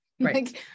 right